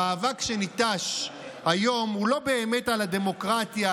המאבק שניטש היום הוא לא באמת על הדמוקרטיה,